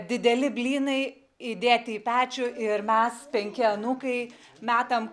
dideli blynai įdėti į pečių ir mes penki anūkai metam